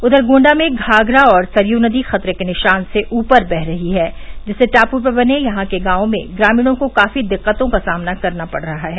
उधर गोण्डा में घाघरा और सरयू नदी खतरे के निशान से ऊपर बह रही हैं जिससे टापू बने यहां के गांवों में ग्रामीणों को काफी दिक्कतों का सामना करना पड़ रहा है